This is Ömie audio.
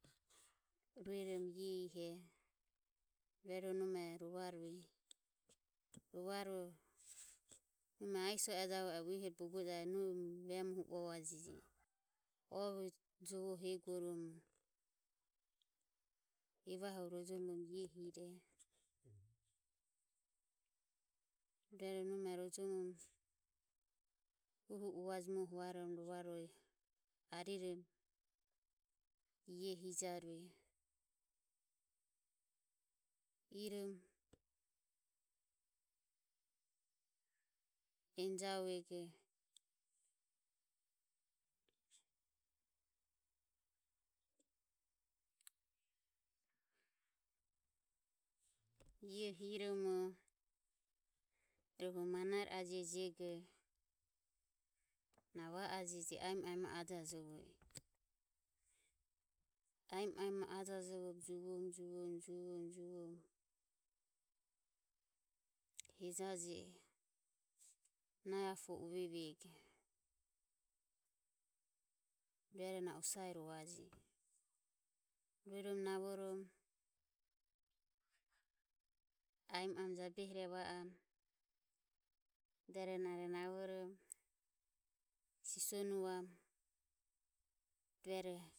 Ruerom ie ihe rueroho nome rovarue rovaruoho nome aiso o javue ero uehoroho bogo javujeje. Nohi vemohuro uavuajeje ovo jovoho eguorom evahuro rojom ioho irejo. Rueroho nome rojomorom huhu uvaje muoho vaerom rovaruoho ariromo ioho ijarueje. Irom eni javuego ioho iromo rohu manaere ajejego na va ajeje aemo aemo ajajovo i aemo aemo o ajajovobe juvom juvom juvom juvom hejaje nahi apo uvego rueroho na osare rovajeje. Ruerom niavorom aemo aemo jabehirero va amu rueroho na navorom sisonuvam rueroho.